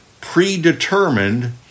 predetermined